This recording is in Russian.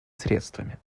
средствами